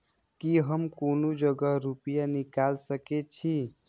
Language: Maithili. की हम कोनो जगह रूपया निकाल सके छी?